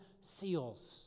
seals